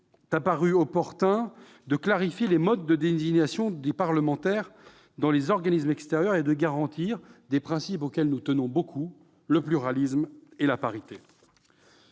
a paru opportun de clarifier les modes de désignation des parlementaires dans les organismes extérieurs et de garantir le respect des principes de pluralisme et de parité,